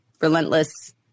relentless